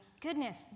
goodness